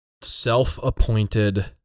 self-appointed